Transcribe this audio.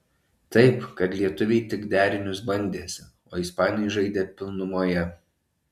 taip kad lietuviai tik derinius bandėsi o ispanai žaidė pilnumoje